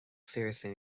seriously